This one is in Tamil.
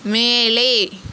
மேலே